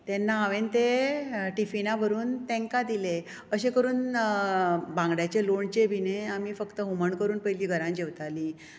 तेन्ना हांवें ते टिफिना भरून तेंका दिले अशे करून बांगड्याचें लोणचें बी आमी फक्त हूमण करून पयलीं घरांत जेवतालीं